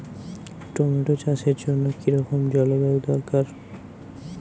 Tomato চাষের জন্য কি রকম জলবায়ু দরকার?